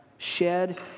shed